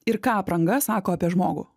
ir ką apranga sako apie žmogų